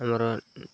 ଆମର